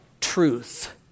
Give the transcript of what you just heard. truth